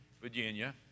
Virginia